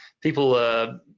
people